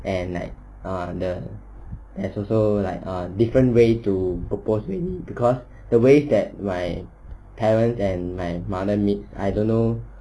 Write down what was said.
and like ah the there's also like ah different way to propose mainly because the ways that my parents and my mother made I dont know